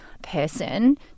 person